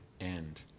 end